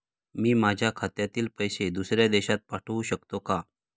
मी माझ्या खात्यातील पैसे दुसऱ्या देशात पण पाठवू शकतो का?